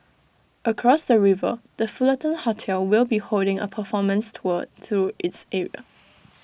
across the river the Fullerton hotel will be holding A performance tour through its area